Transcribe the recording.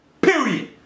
Period